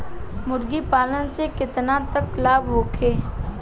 मुर्गी पालन से केतना तक लाभ होखे?